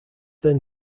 then